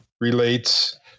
relates